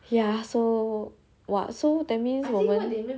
ya so !wah! so that means 我们